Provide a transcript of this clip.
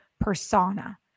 persona